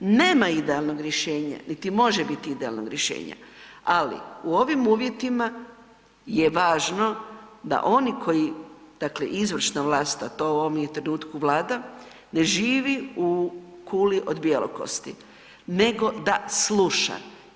Nema idealnog rješenja, niti može biti idealnog rješenja, ali u ovom uvjetima je važno da oni koji dakle izvršna vlast, a to je u ovom trenutku Vlada, ne živi u kuli od bjelokosti nego da sluša.